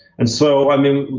and so, i mean,